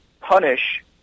punish